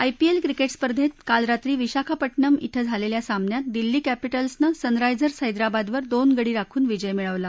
IPL cricket स्पर्धेत काल रात्री विशाखापट्टणम िंद झालेल्या सामन्यात दिल्ली कॅपिटल्सनं सनरायजर्स हैदराबादवर दोन गडी राखून विजय मिळवला